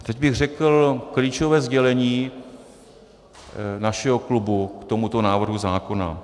Teď bych řekl klíčové sdělení našeho klubu k tomuto návrhu zákona.